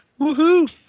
Woohoo